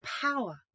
power